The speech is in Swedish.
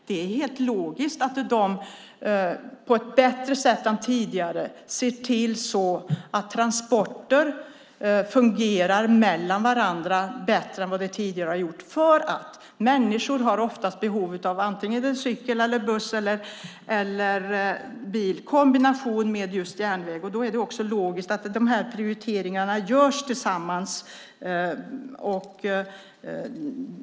Det är helt logiskt att man på ett bättre sätt än tidigare ser till att transporter fungerar bättre mellan varandra än vad de tidigare har gjort. För människor har oftast behov av cykel eller buss eller bil i kombination med just järnväg. Då är det också logiskt att de här prioriteringarna görs tillsammans.